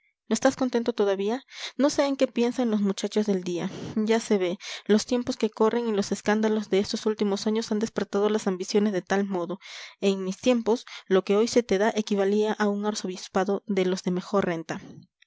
no estás contento todavía no sé en qué piensan los muchachos del día ya se ve los tiempos que corren y los escándalos de estos últimos años han despertado las ambiciones de tal modo en mis tiempos lo que hoy se te da equivalía a un arzobispado de los de mejor renta